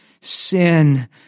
sin